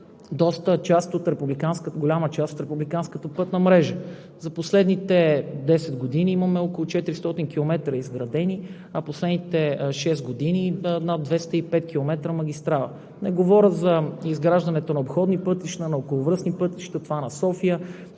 на голяма част от републиканската пътна мрежа. За последните 10 години имаме изградени около 400 км, а последните шест години над 205 км магистрала. Не говоря за изграждането на обходни пътища, на околовръстни пътища – това на София,